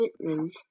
equipment